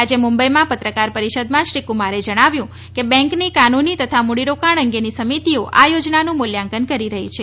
આજે મુંબઇમાં પત્રકાર પરિષદમાં શ્રી કુમારે જણાવ્યું છે કે બેંકની કાનૂની તથા મૂડીરોકાણ અંગેની સમિતિઓ આ યોજનાનું મૂલ્યાંકન કરી રહી છે